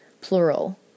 plural